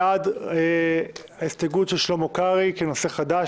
נעבור להצבעה על ההסתייגות של שלמה קרעי כנושא חדש.